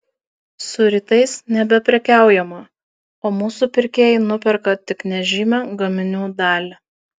su rytais nebeprekiaujama o mūsų pirkėjai nuperka tik nežymią gaminių dalį